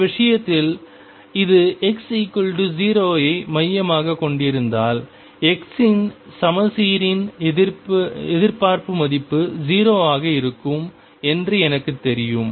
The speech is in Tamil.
இந்த விஷயத்தில் இது x0 ஐ மையமாகக் கொண்டிருந்தால் x இன் சமச்சீரின் எதிர்பார்ப்பு மதிப்பு 0 ஆக இருக்கும் என்று எனக்குத் தெரியும்